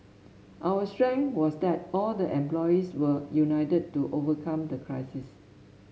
our strength was that all the employees were united to overcome the crisis